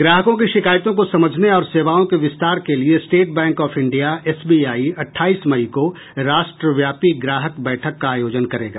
ग्राहकों की शिकायतों को समझने और सेवाओं के विस्तार के लिये state bank of India SBI अठाईस मई को राष्ट्रव्यापी ग्राहक बैठक का आयोजन करेगा